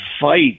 fight